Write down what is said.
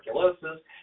tuberculosis